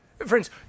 Friends